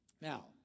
Now